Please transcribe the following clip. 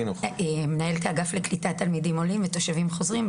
מנהלת האגף לקליטת תלמידים עולים ותושבים חוזרים,